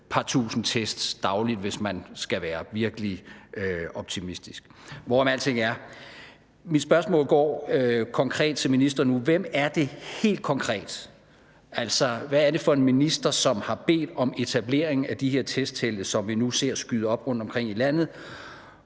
et par tusinde test dagligt, hvis man skal være virkelig optimistisk. Hvorom alting er, er mit spørgsmål konkret til ministeren nu: Hvem er det helt konkret, altså hvad er det for en minister, som har bedt om etablering af de her testtelte, som vi nu ser skyde op rundtomkring i landet?